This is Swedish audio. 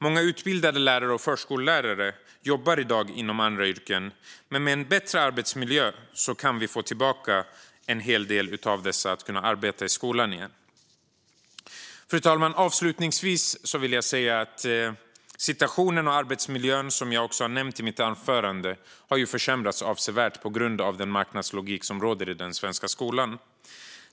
Många utbildade lärare och förskollärare jobbar i dag inom andra yrken. Med en bättre arbetsmiljö kan vi få tillbaka en hel del av dessa till att arbeta i skolan igen. Fru talman! Avslutningsvis vill jag säga att situationen och arbetsmiljön har försämrats avsevärt, vilket jag också nämnde tidigare i mitt anförande, på grund av den marknadslogik som råder i den svenska skolan.